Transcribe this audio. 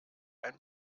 ein